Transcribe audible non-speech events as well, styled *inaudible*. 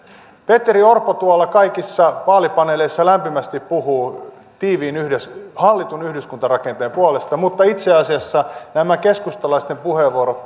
petteri orpo kaikissa vaalipaneeleissa lämpimästi puhuu hallitun yhdyskuntarakenteen puolesta mutta itse asiassa nämä keskustalaisten puheenvuorot *unintelligible*